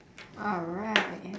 alright